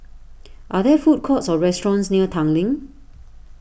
are there food courts or restaurants near Tanglin